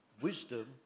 Wisdom